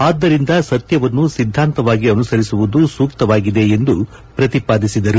ಆದ್ದರಿಂದ ಸತ್ಯವನ್ನು ಸಿದ್ದಾಂತವಾಗಿ ಅನುಸರಿಸುವುದು ಸೂಕ್ತವಾಗಿದೆ ಎಂದು ಪ್ರತಿಪಾದಿಸಿದರು